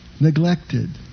neglected